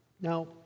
Now